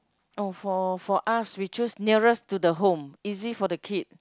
oh for for us we choose nearest to the home easy for the kid